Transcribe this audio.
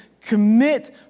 Commit